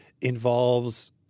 involves